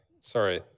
sorry